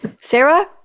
Sarah